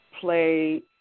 play